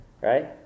Right